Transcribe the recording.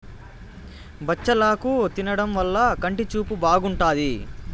బచ్చలాకు తినడం వల్ల కంటి చూపు బాగుంటాది